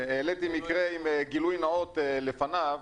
העליתי מקרה עם גילוי נאות לפניו.